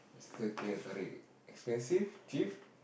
Mister teh-tarik expensive cheap